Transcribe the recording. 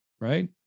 Right